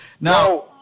Now